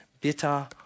bitter